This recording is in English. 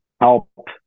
help